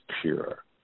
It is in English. pure